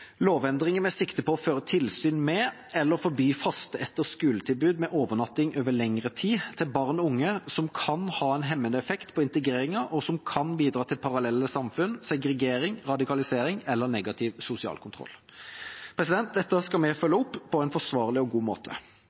lovendringer med sikte på å føre tilsyn med eller forby faste etter-skole-tilbud med overnatting over lengre tid til barn og unge som kan ha en hemmende effekt på integreringen, og som kan bidra til parallelle samfunn, segregering, radikalisering eller negativ sosial kontroll. Dette skal vi følge opp på en forsvarlig og god måte.